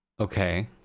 Okay